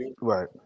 right